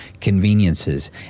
conveniences